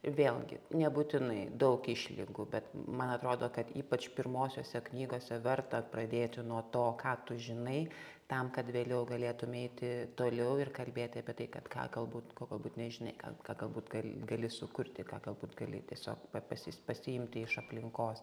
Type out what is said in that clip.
vėlgi nebūtinai daug išlygų bet man atrodo kad ypač pirmosiose knygose verta pradėti nuo to ką tu žinai tam kad vėliau galėtum eiti toliau ir kalbėti apie tai kad ką galbūt ko galbūt nežinai ką ką galbūt gal gali sukurti ką galbūt gali tiesiog pa pasis pasiimti iš aplinkos